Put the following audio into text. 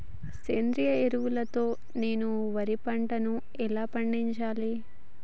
సేంద్రీయ ఎరువుల తో నేను వరి పంటను ఎలా పండించాలి?